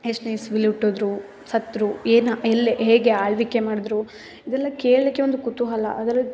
ಎಷ್ಟನೇ ಇಸ್ವಿಲ್ಲಿ ಹುಟ್ಟುದ್ರು ಸತ್ತರು ಏನು ಎಲ್ಲಿ ಹೇಗೆ ಆಳ್ವಿಕೆ ಮಾಡಿದ್ರು ಇದೆಲ್ಲ ಕೇಳಲಿಕ್ಕೆ ಒಂದು ಕುತೂಹಲ ಅದ್ರಲ್ಲಿ